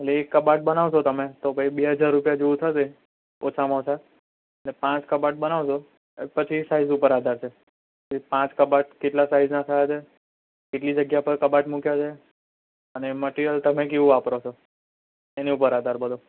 એટલે એક કબાટ બનાવશો તમે તો ભાઈ બે હજાર રૂપિયા જેવું થશે ઓછામાં ઓછા પછી પાંચ કબાટ બનાવશો પછી સાઇઝ ઉપર આધાર છે કે પાંચ કબાટ કેટલા સાઇઝના થયા છે કેટલી જગ્યા પર કબાટ મૂક્યા છે અને મટિરિયલ તમે કેવું વાપરો છો એની ઉપર આધાર બધો